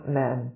men